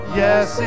yes